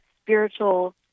spiritual